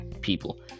people